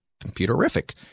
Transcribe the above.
computerific